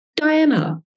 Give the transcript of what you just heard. Diana